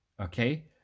okay